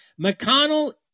McConnell